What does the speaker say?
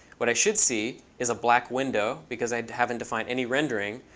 what i should see is a black window, because i haven't defined any rendering.